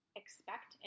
expect